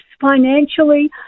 financially